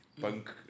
punk